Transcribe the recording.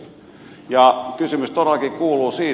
ja kysymys todellakin kuuluu